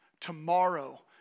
tomorrow